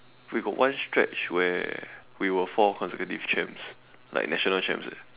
we got one stretch where we were four consecutive champs like national champs eh